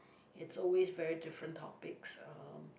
it's always very different topics uh